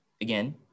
Again